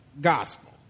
gospel